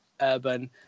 Urban